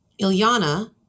Ilyana